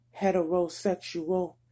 heterosexual